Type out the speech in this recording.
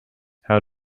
how